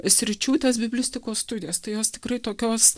sričių tas biblistikos studijas tai jos tikrai tokios